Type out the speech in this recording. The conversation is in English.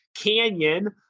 Canyon